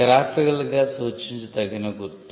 graphical గా సూచించదగిన గుర్తు